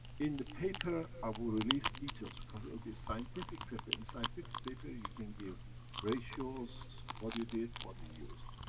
in the paper i will release details because it will be a scientific paper. in scientific paper, you can give ratios, what you did, what you used.